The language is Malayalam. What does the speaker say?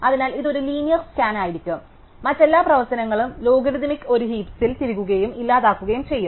അതിനാൽ ഇത് ഒരു ലീനിയർ സ്കാൻ ആയിരിക്കും അതിനാൽ മറ്റെല്ലാ പ്രവർത്തനങ്ങളും ലോഗരിഥമിക് ഒരു ഹീപ്സിൽ തിരുകുകയും ഇല്ലാതാക്കുകയും ചെയ്യും